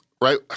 Right